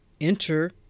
enter